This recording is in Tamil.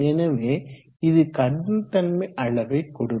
எனவே இது கடினத்தன்மை அளவை கொடுக்கும்